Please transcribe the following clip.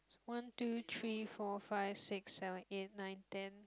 one two three four five six seven eight nine ten